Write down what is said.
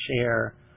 share